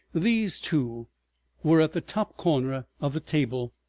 these two were at the top corner of the table,